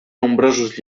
nombrosos